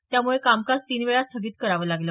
त्यामुळे कामकाज तीन वेळा स्थगित करावं लागलं